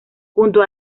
junto